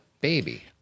baby